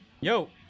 yo